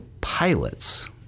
pilots